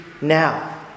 now